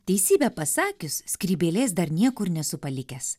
teisybę pasakius skrybėlės dar niekur nesu palikęs